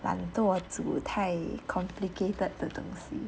懒惰煮太 complicated 的东西